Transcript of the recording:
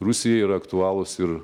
rusijai yra aktualūs ir